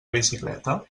bicicleta